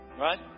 Right